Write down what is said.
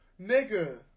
Nigga